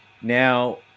Now